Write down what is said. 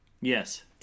Yes